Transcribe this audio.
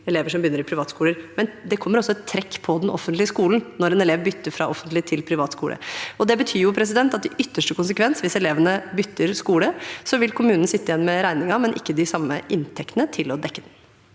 elever som begynner på privatskoler, men det kommer også et trekk hos den offentlige skolen når en elev bytter fra offentlig til privat skole. Det betyr at i ytterste konsekvens, hvis elevene bytter skole, vil kommunen sitte igjen med regningen, men ikke de samme inntektene til å dekke den.